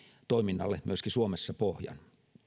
toiminnalle myöskin suomessa pohjan